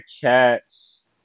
cats